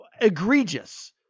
egregious